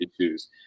issues